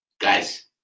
guys